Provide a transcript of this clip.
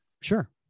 Sure